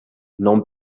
non